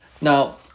now